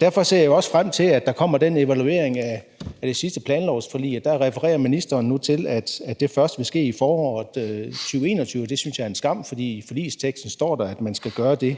Derfor ser jeg jo også frem til, at der kommer den evaluering af det sidste planlovsforlig, og der refererer ministeren nu til, at det først vil ske i foråret 2021. Det synes jeg er en skam, for i forligsteksten står der, at man skal gøre det